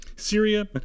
Syria